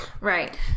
Right